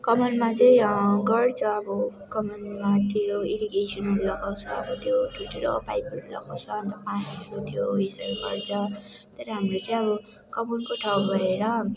कमानमा चाहिँ गर्छ अब कमानतिर इरिगेसनहरू लगाउँछ अब त्यो ठुल्ठुलो पाइपहरू लगाउँछ अन्त पानीहरू त्यो उयसहरू गर्छ तर हाम्रो चाहिँ अब कमानको ठाउँ भएर